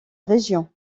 région